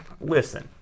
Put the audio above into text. Listen